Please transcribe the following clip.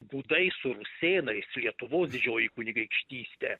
gudais su rusėnais lietuvos didžioji kunigaikštystė